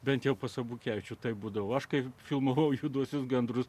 bent jau pas abukevičių taip būdavo aš kai filmavau juoduosius gandrus